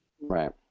right